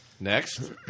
Next